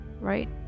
right